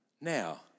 now